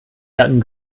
daten